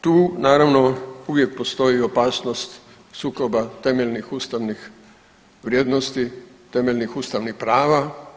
Tu naravno uvijek postoji opasnost sukoba temeljnih ustavnih vrijednosti i temeljnih ustavnih prava.